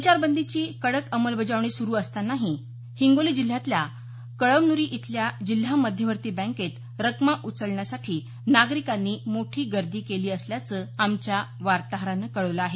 संचार बंदीची कडक अंमलबजावणी सुरू असतानाही हिंगोली जिल्ह्यातल्या कळमन्री इथल्या जिल्हा मध्यवर्ती बँकेत रकमा उचलण्यासाठी नागरिकांनी मोठी गर्दी केली असल्याचं आमच्या वार्ताहरानं कळवलं आहे